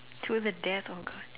to the death or good